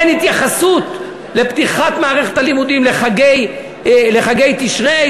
אין התייחסות בפתיחת מערכת הלימודים לחגי תשרי,